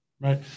Right